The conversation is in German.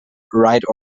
right